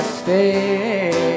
stay